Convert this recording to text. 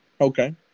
Okay